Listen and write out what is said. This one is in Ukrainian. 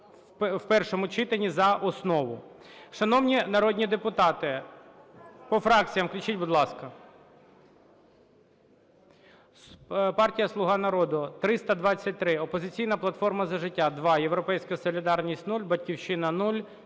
в першому читанні за основу. Шановні народні депутати! По фракціям, включіть, будь ласка. Партія "Слуга народу" – 323, "Опозиційна платформа - За життя" – 2, "Європейська солідарність" – 0, "Батьківщина" -